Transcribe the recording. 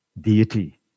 deity